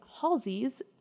Halsey's